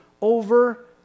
over